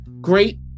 great